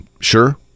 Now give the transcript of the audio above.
sure